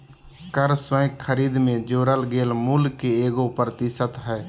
कर स्वयं खरीद में जोड़ल गेल मूल्य के एगो प्रतिशत हइ